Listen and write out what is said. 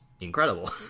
incredible